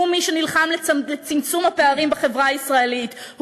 הוא מי שנלחם לצמצום הפערים בחברה הישראלית,